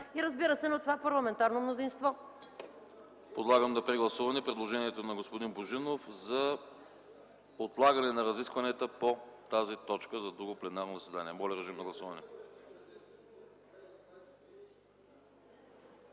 и, разбира се, на това парламентарно мнозинство.